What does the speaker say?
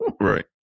Right